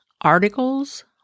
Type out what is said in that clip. articles